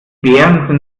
beeren